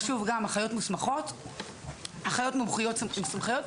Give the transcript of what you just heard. אז גם אחיות מומחיות מוסמכות.